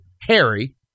Harry